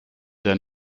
their